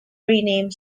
renamed